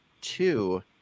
two